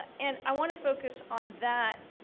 and i want to focus on that